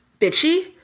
bitchy